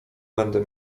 będę